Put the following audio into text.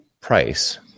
price